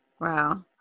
Wow